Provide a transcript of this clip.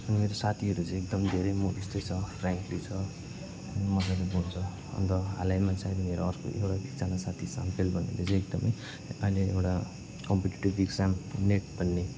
अनि मेरो साथीहरू चाहिँ एकदम धेरै म जस्तै छ फ्र्याङ्क्ली छ मज्जाले बोल्छ अन्त हालैमा चाहिँ अहिले मेरो अर्को एउटा एकजना साथी साम्फेल भन्नेले चाहिँ एकदमै अहिले एउटा कम्पिटेटिभ इक्जाम नेट भन्ने